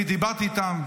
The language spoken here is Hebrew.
אני דיברתי איתם.